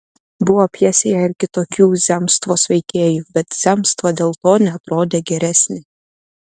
buvo pjesėje ir kitokių zemstvos veikėjų bet zemstva dėl to neatrodė geresnė